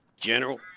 General